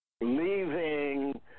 leaving